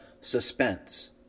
suspense